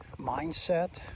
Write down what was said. mindset